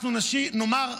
אנחנו נאמר,